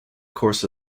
course